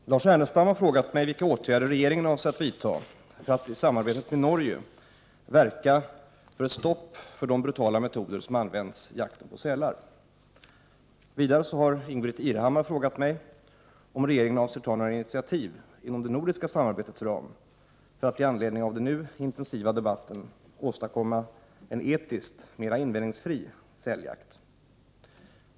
Herr talman! Lars Ernestam har frågat mig vilka åtgärder regeringen avser att vidta för att i samarbetet med Norge verka för ett stopp för de brutala metoder som används i jakten på sälar. Vidare har Ingbritt Irhammar frågat mig om regeringen avser ta några initiativ inom det nordiska samarbetets ram för att med anledning av den nu intensiva debatten åstadkomma en etiskt mera invändningsfri säljakt.